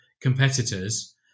competitors